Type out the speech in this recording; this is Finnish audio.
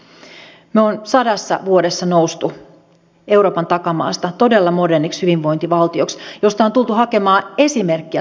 me olemme sadassa vuodessa nousseet euroopan takamaasta todella moderniksi hyvinvointivaltioksi josta on tultu hakemaan esimerkkiä todella kaukaakin